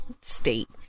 state